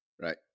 right